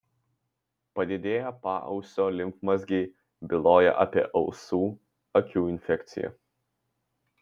padidėję paausio limfmazgiai byloja apie ausų akių infekciją